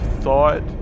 thought